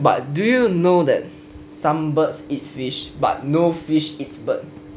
but do you know that some birds eat fish but no fish eats bird